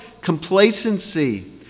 complacency